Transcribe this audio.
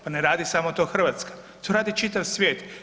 Pa ne radi samo to Hrvatska, to radi čitav svijet.